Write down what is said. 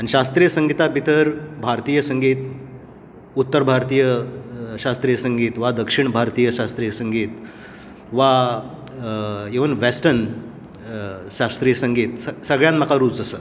शास्त्रिय संगीता भितर भारतीय संगीत उत्तर भारतीय शास्त्रिय संगीत वा दक्षिण भारतीय शास्त्रिय संगीत वा इवन वेस्टन शास्त्रिय संगीत सगळ्यान म्हाका रुच आसा